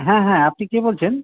হ্যাঁ হ্যাঁ আপনি কে বলছেন